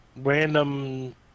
random